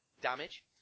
damage